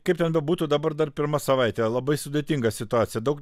kaip ten bebūtų dabar dar pirma savaitė labai sudėtinga situacija daug